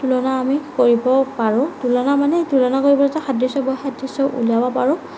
তুলনা আমি কৰিব পাৰোঁ তুলনা মানে তুলনা কৰিবলৈতো সাদৃশ্য বৈসাদৃশ্যও উলিয়াব পাৰোঁ